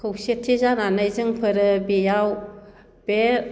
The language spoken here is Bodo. खौसेथि जानानै जोंफोरो बेयाव बे